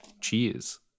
Cheers